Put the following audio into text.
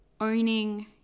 owning